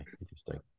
interesting